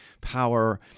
power